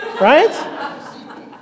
Right